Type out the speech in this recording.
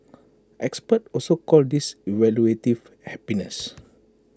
experts also call this evaluative happiness